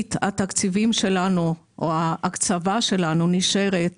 מעשית התקציבים שלנו או ההקצבה שלנו נשארת